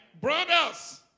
Brothers